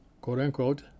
quote-unquote